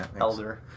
Elder